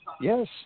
Yes